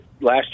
last